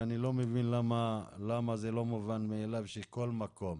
אני לא מבין למה זה לא מובן מאליו שכל מקום,